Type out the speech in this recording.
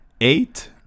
Eight